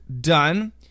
done